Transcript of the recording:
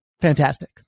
Fantastic